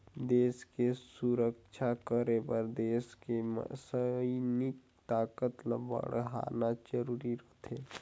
देस के सुरक्छा करे बर देस के सइनिक ताकत ल बड़हाना जरूरी रथें